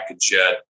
jet